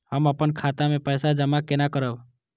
हम अपन खाता मे पैसा जमा केना करब?